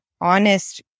honest